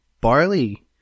barley